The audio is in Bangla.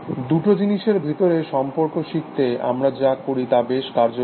দুটো জিনিসের ভিতরে সম্পর্ক শিখতে আমরা যা করি তা বেশ কার্যকরী